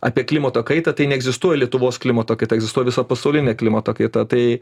apie klimato kaitą tai neegzistuoja lietuvos klimato kaita egzistuoja visa pasaulinė klimato kaita tai